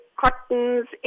cottons